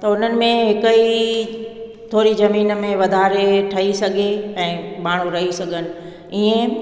त हुननि में हिक ई थोरी ज़मीन में वधारे ठही सघे ऐं माण्हू रही सघनि इहे